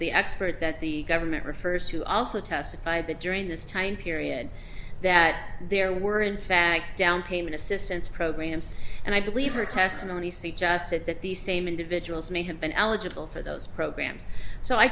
the expert that the government refers to also testified that during this time period that there weren't fagged down payment assistance programs and i believe her testimony suggested that these same individuals may have been eligible for those programs so i